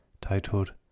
titled